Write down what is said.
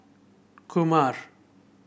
Kumar